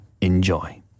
enjoy